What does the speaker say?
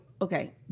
okay